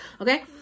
Okay